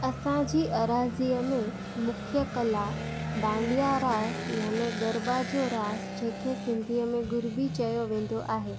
असांजी एराज़ीअ में मुख्यु कला डांडिया रास यानी ॻरबा जो रास जंहिंखे सिंधीअ में गरबी चयो वेंदो आहे